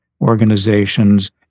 organizations